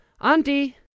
Auntie